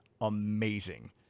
amazing